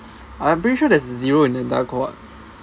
I'm pretty sure there's zero in the entire cohort